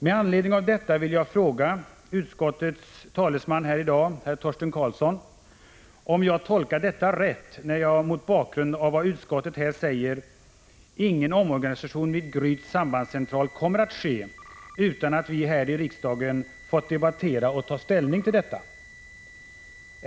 Med anledning härav vill jag fråga utskottets talesman herr Torsten Karlsson, om jag uppfattat rätt när jag tolkar detta uttalande av utskottet så, att ingen omorganisation vid Gryts sambandscentral kommer att ske utan att vi här i riksdagen får debattera och ta ställning till detta.